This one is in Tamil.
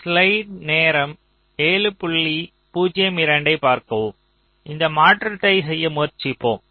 ஸ்லைடு நேரத்தைப் பார்க்கவும் 0702 இந்த மாற்றத்தை செய்ய முயற்சிப்போம்